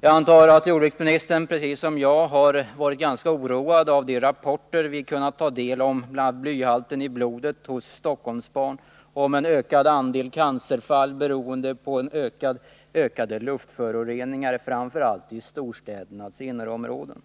Jag antar att jordbruksministern precis som jag har varit ganska oroad av de rapporter vi kunnat ta del av om bl.a. blyhalten i blodet hos Stockholms barn och om en ökad andel cancerfall beroende på ökade luftföroreningar framför allt i storstädernas innerområden.